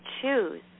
choose